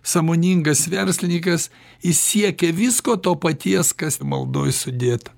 sąmoningas verslinikas jis siekia visko to paties kas maldoj sudėta